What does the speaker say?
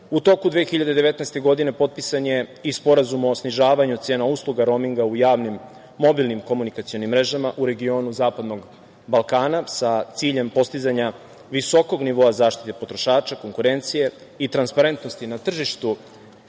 U toku 2019. godine je potpisan i Sporazum o snižavanju cena usluga rominga u javnim, mobilnim komunikacionim mrežama u regionu zapadnog Balkana, sa ciljem postizanja visokog nivoa zaštite potrošača, konkurencije i transparentnosti na tržištu